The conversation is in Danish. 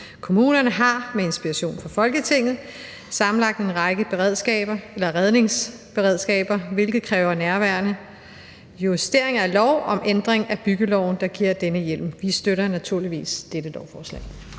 Kommunerne har med inspiration fra Folketinget sammenlagt en række redningsberedskaber, hvilket kræver nærværende justeringer af lov om ændring af byggeloven, der giver denne hjemmel. Vi støtter naturligvis dette lovforslag.